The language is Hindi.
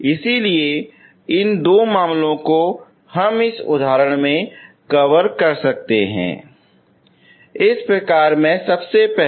इसलिए इन दो मामलों को हम इस उदाहरण में कवर कर सकते हैं इस प्रकार में सबसे पहले